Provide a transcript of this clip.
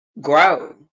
grow